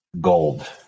Gold